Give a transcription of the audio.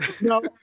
No